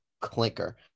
clinker